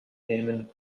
nehmen